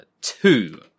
Two